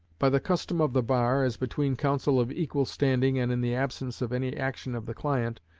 by the custom of the bar, as between counsel of equal standing and in the absence of any action of the client,